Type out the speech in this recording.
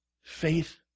Faith